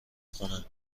خونه